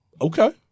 Okay